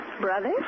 Brothers